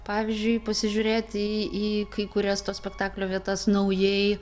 pavyzdžiui pasižiūrėti į į kai kurias to spektaklio vietas naujai